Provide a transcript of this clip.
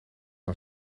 een